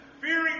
fearing